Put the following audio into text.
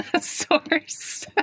source